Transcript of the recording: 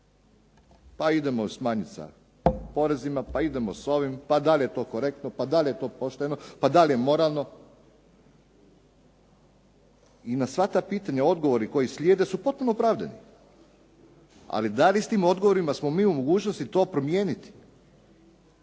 Pa idemo smanjit sa porezima, pa idemo s ovim, pa dal' je to korektno, pa dal' je moralno. I na sva ta pitanja odgovori koji slijede su potpuno opravdani, ali da li s tim odgovorima smo mi u mogućnosti to promijeniti.